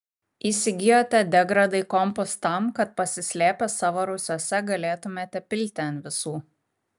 įsigijote degradai kompus tam kad pasislėpę savo rūsiuose galėtumėte pilti ant visų